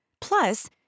Plus